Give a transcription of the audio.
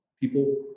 people